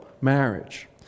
marriage